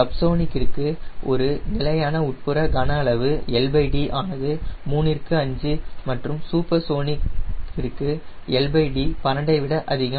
சப்சொனிக்ற்கு ஒரு நிலையான உட்புற கன அளவு ld ஆனது 3 ற்கு 5 மற்றும் சூப்பர்சோனிக்ற்கு ld 12 ஐ விட அதிகம்